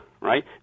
right